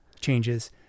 changes